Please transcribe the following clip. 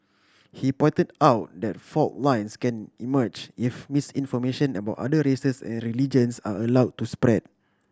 he pointed out that fault lines can emerge if misinformation about other races and religions are allowed to spread